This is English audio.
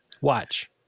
Watch